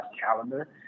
calendar